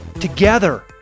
Together